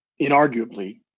inarguably